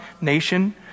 nation